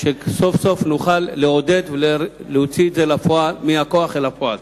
שסוף-סוף נוכל לעודד ולהוציא את זה מן הכוח אל הפועל.